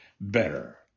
better